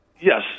Yes